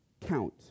count